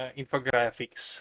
infographics